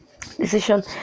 decision